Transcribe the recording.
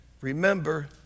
remember